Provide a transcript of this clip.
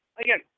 again